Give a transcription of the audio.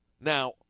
Now